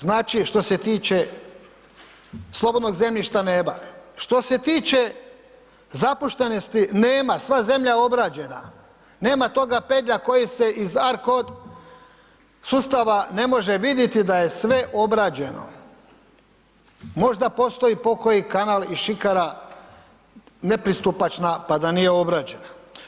Znači, što se tiče slobodnog zemljišta nema, što se tiče zapuštenosti, nema, sva je zemlja obrađena, nema toga pedlja koji se iz Arkod sustava ne može vidjeti da je sve obrađeno, možda postoji pokoji kanal i šikara nepristupačna, pa da nije obrađena.